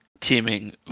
teaming